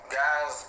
guys